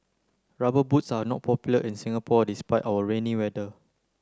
rubber boots are not popular in Singapore despite our rainy weather